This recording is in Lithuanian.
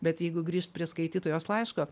bet jeigu grįžt prie skaitytojos laiško